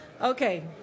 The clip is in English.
Okay